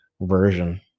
version